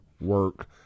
work